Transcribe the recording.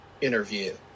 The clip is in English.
interview